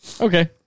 Okay